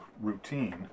routine